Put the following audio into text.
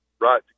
right